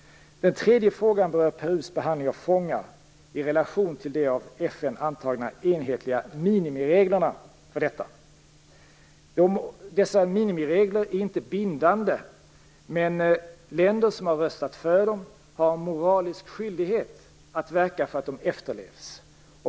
Den tredje frågan berör Perus behandling av fångar i relation till de av FN antagna enhetliga minimireglerna för detta. Dessa minimiregler är inte bindande, men länder som har röstat för dem har en moralisk skyldighet att verka för att de efterlevs.